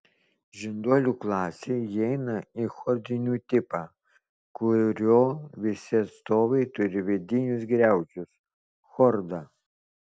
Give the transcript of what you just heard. žinduolių klasė įeina į chordinių tipą kurio visi atstovai turi vidinius griaučius chordą